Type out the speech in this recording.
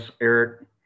Eric